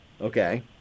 Okay